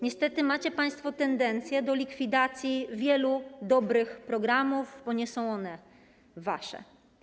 Niestety macie państwo tendencję do likwidacji wielu dobrych programów, bo nie są one wasze.